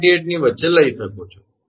98 ની વચ્ચે લઈ શકો છો ખરું ને